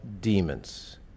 demons